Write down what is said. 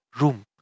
room